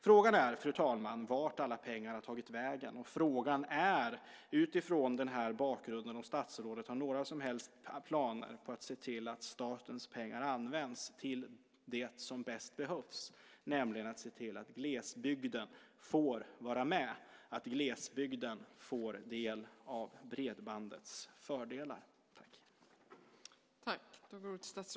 Fru talman! Frågan är vart alla pengarna har tagit vägen. Frågan är utifrån denna bakgrund om statsrådet har några som helst planer på att se till att statens pengar använts till det som bäst behövs, nämligen att se till att glesbygden får vara med och får del av bredbandets fördelar.